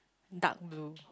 dark blue